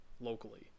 locally